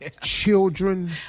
children